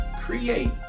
create